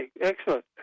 excellent